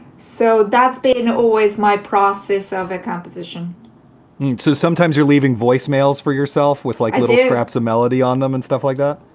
so that's been always my process of composition sometimes you're leaving voicemails for yourself with like perhaps a melody on them and stuff like that.